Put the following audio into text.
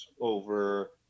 over